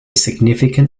significant